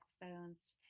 phones